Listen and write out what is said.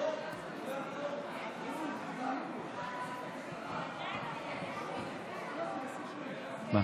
מה